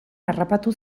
harrapatu